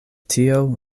tio